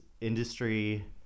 industry